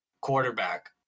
quarterback